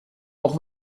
auch